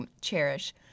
cherish